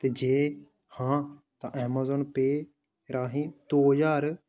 ते जे हां तां अमेज़ॉन पे राहें दो ज्हार